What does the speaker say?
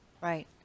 Right